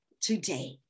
today